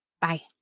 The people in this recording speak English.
Bye